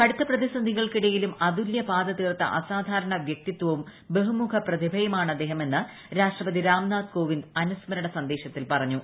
കടുത്ത പ്രതിസന്ധികൾക്കിടയിലും അതുല്യപാത തീർത്ത അസാധാരണ വ്യക്തിത്വവും ബഹുമുഖ പ്രതിഭയുമാണദ്ദേഹമെന്ന് രാഷ്ട്രപതി രാംനാഥ് കോവിന്ദ് അനുസ്മരണ സന്ദേശത്തിൽ പറഞ്ഞു